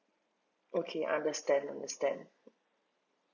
okay understand understand